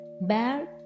bear